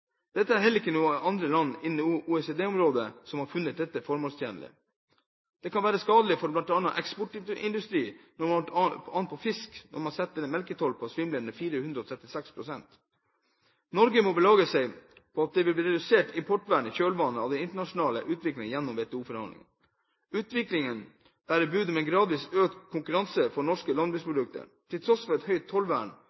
dette formålstjenlig. Det kan være skadelig for annen eksportindustri, bl.a. fisk, når man setter en melketoll på svimlende 436 pst. Norge må belage seg på at det vil bli redusert importvern i kjølvannet av den internasjonale utviklingen gjennom WTO-forhandlingene. Utviklingen bærer bud om gradvis økt konkurranse for norske